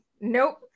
nope